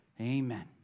Amen